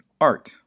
art